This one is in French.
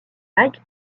mike